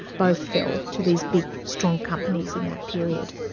both fell to these big strong companies in that period.